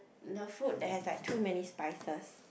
the food they have like too many spices